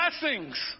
blessings